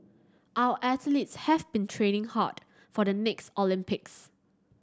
our athletes have been training hard for the next Olympics